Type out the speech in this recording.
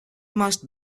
must